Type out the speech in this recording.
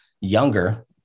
younger